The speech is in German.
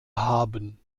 haben